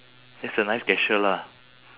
that's a nice gesture lah